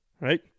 right